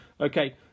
Okay